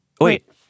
Wait